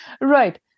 Right